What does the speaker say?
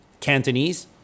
Cantonese